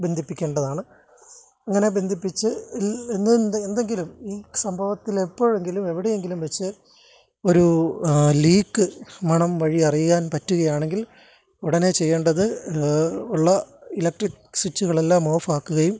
ബന്ധിപ്പിക്കേണ്ടതാണ് അങ്ങനെ ബന്ധിപ്പിച്ച് ൽ ഇന്ന് എന്ത് എന്തെങ്കിലും സംഭവത്തിലെപ്പോഴെങ്കിലും എവിടെയെങ്കിലും വെച്ച് ഒരു ലീക്ക് മണം വഴി അറിയാൻ പറ്റുകയാണെങ്കിൽ ഉടനെ ചെയ്യേണ്ടത് ഉള്ള ഇലക്ട്രിക് സ്വിച്ചുകളെല്ലാം ഓഫാക്കുകയും